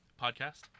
podcast